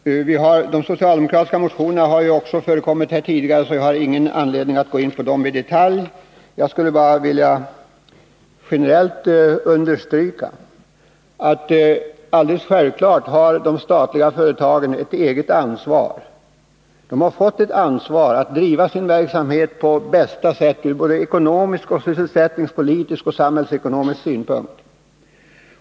De socialdemokratiska motionerna har ju berörts tidigare, så jag har ingen anledning att gå in på dem i detalj. Jag skulle bara generellt vilja understryka att de statliga företagen självfallet har ett eget ansvar. De har fått ett ansvar att driva sin verksamhet på bästa sätt ur både ekonomiska, sysselsättnings politiska och samhällsekonomiska synpunkter.